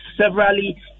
severally